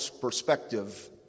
perspective